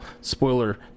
spoiler